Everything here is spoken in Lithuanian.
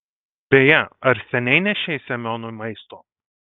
beje ar seniai nešei semionui maisto